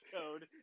code